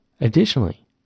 Additionally